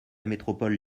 métropole